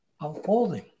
unfolding